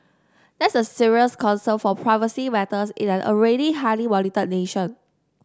that's a serious concern for privacy matters in an already highly monitored nation